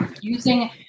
using